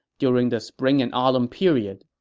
during the spring and autumn period.